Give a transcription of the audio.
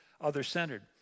other-centered